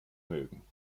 mögen